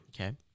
Okay